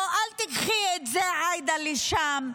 או: אל תיקחי את זה, עאידה, לשם,